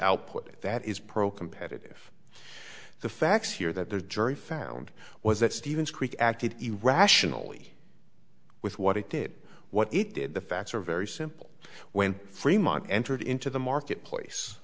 output that is pro competitive the facts here that their jury found was that stevens creek acted irrationally with what it did what it did the facts are very simple when fremont entered into the marketplace